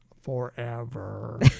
forever